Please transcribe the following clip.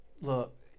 look